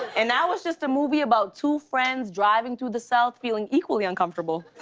and now it's just a movie about two friends driving through the south feeling equally uncomfortable.